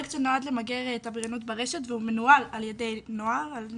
פרויקט שנועד למגר את הבריונות ברשת והוא מנוהל על ידי בני נוער.